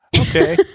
Okay